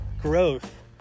growth